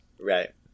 Right